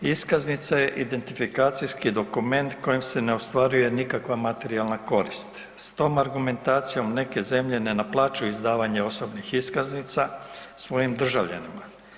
Iskaznice identifikacijski dokument kojim se ne ostvaruje nikakva materijalna korist, s tom argumentacijom neke zemlje ne naplaćuju izdavanje osobnih iskaznica svojim državljanima.